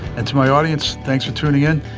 and to my audience, thanks for tuning in.